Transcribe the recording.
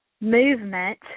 movement